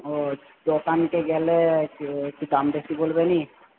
ও দোকানে গেলে একটু দাম বেশি বলবে না